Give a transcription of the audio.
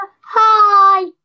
Hi